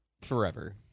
Forever